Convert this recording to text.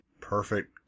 Perfect